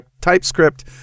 TypeScript